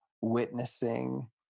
witnessing